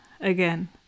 again